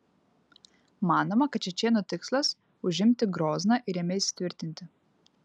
manoma kad čečėnų tikslas užimti grozną ir jame įsitvirtinti